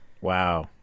Wow